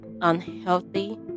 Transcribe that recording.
unhealthy